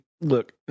look